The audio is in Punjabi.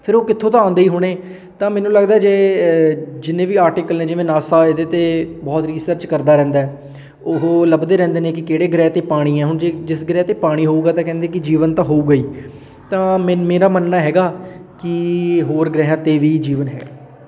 ਫਿਰ ਉਹ ਕਿੱਥੋਂ ਤਾਂ ਆਉਂਦੇ ਹੀ ਹੋਣੇ ਤਾਂ ਮੈਨੂੰ ਲੱਗਦਾ ਜੇ ਜਿੰਨੇ ਵੀ ਆਰਟੀਕਲ ਨੇ ਜਿਵੇਂ ਨਾਸਾ ਇਹਦੇ 'ਤੇ ਬਹੁਤ ਰੀਸਰਚ ਕਰਦਾ ਰਹਿੰਦਾ ਉਹ ਲੱਭਦੇ ਰਹਿੰਦੇ ਨੇ ਕਿ ਕਿਹੜੇ ਗ੍ਰਹਿ 'ਤੇ ਪਾਣੀ ਆ ਹੁਣ ਜੇ ਜਿਸ ਗ੍ਰਹਿ 'ਤੇ ਪਾਣੀ ਹੋਊਗਾ ਤਾਂ ਕਹਿੰਦੇ ਕਿ ਜੀਵਨ ਤਾਂ ਹੋਊਗਾ ਹੀ ਤਾਂ ਮਨ ਮੇਰਾ ਮੰਨਣਾ ਹੈਗਾ ਕਿ ਹੋਰ ਗ੍ਰਹਿਆਂ 'ਤੇ ਵੀ ਜੀਵਨ ਹੈ